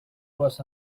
was